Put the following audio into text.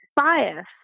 bias